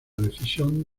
decisión